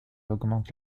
augmente